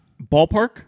ballpark